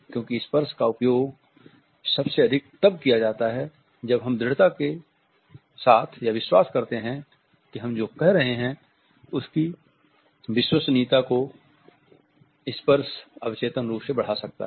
क्योंकि स्पर्श का उपयोग सबसे अधिक तब किया जाता है जब हम दृढ़ता से यह विश्वास करते हैं कि हम जो कह रहे हैं उसकी विश्वसनीयता को स्पर्श अवचेतन रूप से बढ़ा सकता हैं